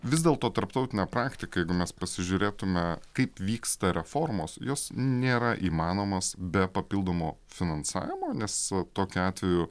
vis dėlto tarptautinė praktika jeigu mes pasižiūrėtume kaip vyksta reformos jos nėra įmanomos be papildomo finansavimo nes tokiu atveju